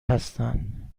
هستن